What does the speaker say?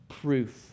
proof